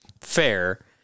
fair